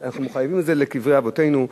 אנחנו חייבים את זה לקברי אבותינו.